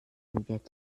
wird